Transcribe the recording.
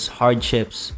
hardships